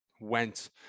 went